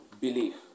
belief